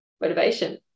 motivation